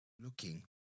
looking